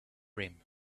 rim